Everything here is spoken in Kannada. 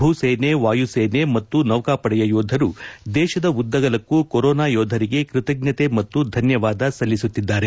ಭೂಸೇನೆ ವಾಯುಸೇನೆ ಮತ್ತು ನೌಕಾಪಡೆಯ ಯೋಧರು ದೇಶದ ಉದ್ದಗಲಕ್ಕೂ ಕೊರೋನಾ ಯೋಧರಿಗೆ ಕೃತಜ್ಞತೆ ಮತ್ತು ಧನ್ವವಾದ ಸಲ್ಲಿಸುತ್ತಿದ್ದಾರೆ